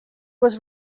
was